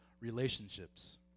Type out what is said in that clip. relationships